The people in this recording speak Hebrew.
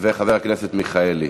ותעבור לוועדת הכלכלה להכנה,